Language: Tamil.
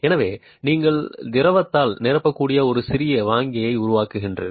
எனவே நீங்கள் திரவத்தால் நிரப்பக்கூடிய ஒரு சிறிய வாங்கியை உருவாக்குகிறீர்கள்